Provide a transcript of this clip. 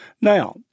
Now